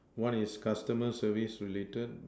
one is customer service related